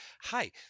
Hi